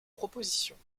propositions